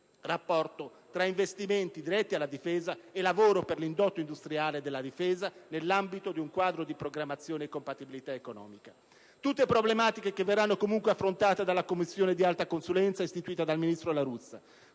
rapporto, fra investimenti diretti alla Difesa e lavoro per l'indotto industriale della Difesa, nell'ambito di un quadro di programmazione e compatibilità economica. Sono tutte problematiche che verranno comunque affrontate dalla Commissione di alta consulenza istituita dal ministro La Russa,